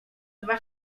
dwa